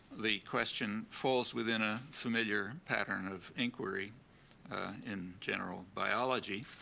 the question falls within a familiar pattern of inquiry in general biology.